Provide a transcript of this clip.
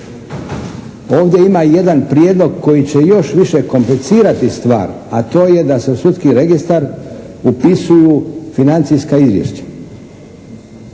Ovdje ima jedan prijedlog koji će još više komplicirati stvar a to je da se u sudski registar upisuju financijska izvješća.